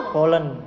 Poland